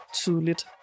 tydeligt